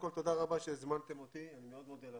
רבה שהזמנתם אותי, אני מאוד מודה לכם,